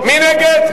לא נתקבלו.